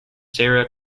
sarah